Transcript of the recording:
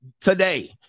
today